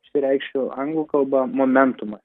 išsireikšiu anglų kalba momentuma